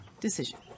decision